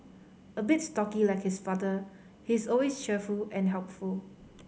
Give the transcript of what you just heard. a bit stocky like his father he is always cheerful and helpful